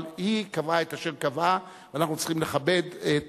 אבל היא קבעה את אשר היא קבעה ואנחנו צריכים לכבד את